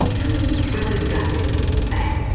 and it was his brother who got really fat.